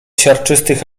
siarczystych